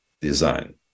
design